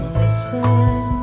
listen